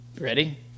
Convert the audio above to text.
Ready